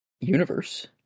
universe